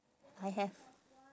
I have